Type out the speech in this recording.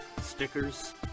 stickers